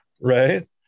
right